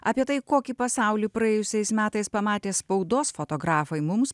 apie tai kokį pasaulį praėjusiais metais pamatė spaudos fotografai mums